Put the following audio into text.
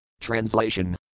Translation